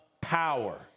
power